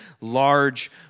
large